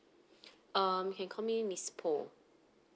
um you can call me miss poh